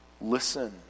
Listen